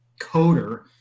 coder